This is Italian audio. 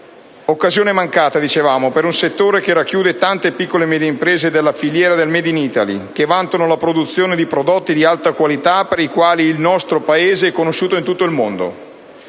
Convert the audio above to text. un'occasione mancata per un settore che racchiude tante piccole e medie imprese della filiera del *made in Italy*, che vantano la produzione di prodotti di alta qualità per i quali il nostro Paese è conosciuto in tutto il mondo.